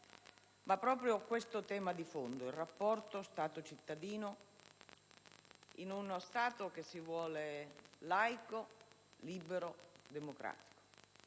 ma proprio il tema di fondo del rapporto Stato‑cittadino, in uno Stato che si vuole laico, libero, democratico.